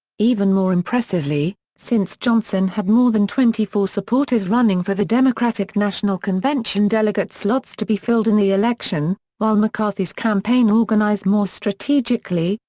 even more impressively, since johnson had more than twenty four supporters running for the democratic national convention delegate slots to be filled in the election, while mccarthy's campaign organized more strategically,